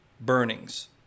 burnings